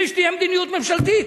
מבלי שתהיה מדיניות ממשלתית.